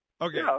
Okay